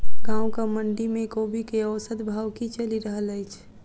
गाँवक मंडी मे कोबी केँ औसत भाव की चलि रहल अछि?